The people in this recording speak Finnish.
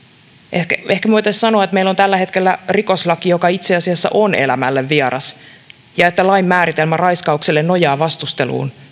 ehkä me voisimme sanoa että meillä on tällä hetkellä itse asiassa rikoslaki joka on elämälle vieras ja että lain määritelmä raiskaukselle nojaa vastusteluun